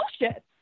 bullshit